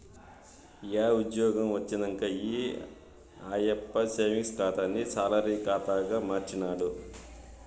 yeah ఉజ్జ్యోగం వచ్చినంక ఈ ఆయప్ప సేవింగ్స్ ఖాతాని సాలరీ కాతాగా మార్చినాడు